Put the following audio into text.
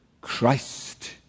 Christ